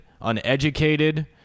uneducated